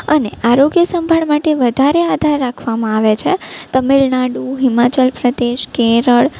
અને આરોગ્ય સંભાળ માટે વધારે આધાર રાખવામાં આવે છે તમિલનાડુ હિમાચલ પ્રદેશ કેરળ